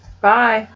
Bye